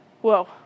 whoa